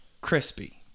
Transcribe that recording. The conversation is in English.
crispy